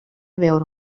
veure